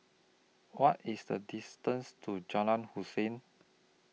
What IS The distance to Jalan Hussein